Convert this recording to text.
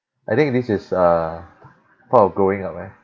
I think this is uh part of growing up eh